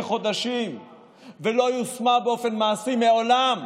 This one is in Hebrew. חודשים ולא יושמה באופן מעשי מעולם,